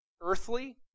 Earthly